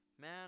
man